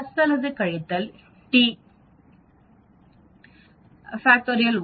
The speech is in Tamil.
பிளஸ் அல்லது கழித்தல் t √1